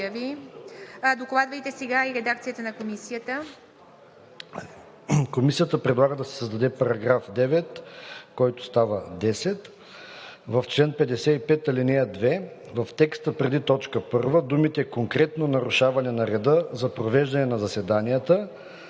Докладвайте сега и редакцията на Комисията.